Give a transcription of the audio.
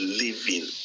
living